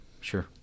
sure